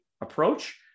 approach